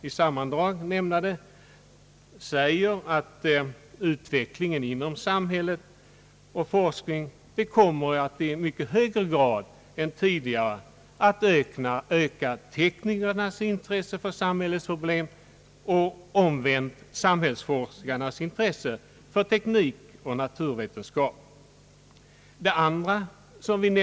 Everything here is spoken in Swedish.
I sammandrag anför utskottet att »utvecklingen inom samhälle och forskning kommer att i mycket hög grad öka teknikernas intresse för samhällets problem och omvänt öka samhällsforskarnas intresse för teknikens och naturvetenskapens områden».